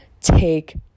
Take